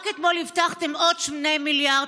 רק אתמול הבטחתם עוד 2 מיליארד,